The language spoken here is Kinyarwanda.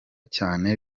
cyane